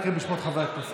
כנראה שאין גבול.